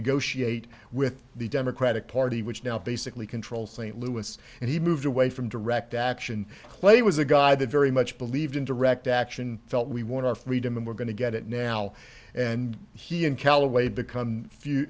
negotiate with the democratic party which now basically control st louis and he moved away from direct action play was a guy that very much believed in direct action felt we want our freedom and we're going to get it now and he and callaway become